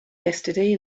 yesterday